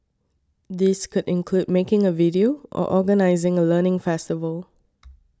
these could include making a video or organising a learning festival